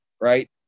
right